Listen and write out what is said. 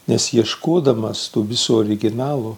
nes ieškodamas tų visų originalų